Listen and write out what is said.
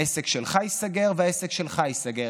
העסק שלך ייסגר, והעסק שלך ייסגר.